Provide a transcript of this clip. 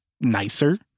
nicer